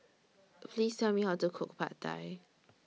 Please Tell Me How to Cook Pad Thai